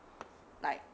like